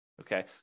Okay